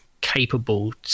capable